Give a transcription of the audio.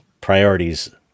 priorities